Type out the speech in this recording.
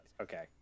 Okay